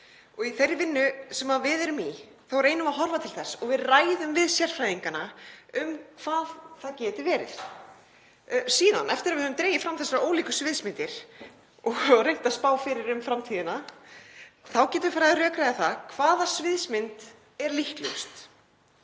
Í þeirri vinnu sem við erum í reynum við að horfa til þess og við ræðum við sérfræðingana um hvað það geti verið. Síðan, eftir að höfum dregið fram þessar ólíku sviðsmyndir og höfum reynt að spá fyrir um framtíðina, getum við farið að rökræða það hvaða sviðsmynd er líklegust.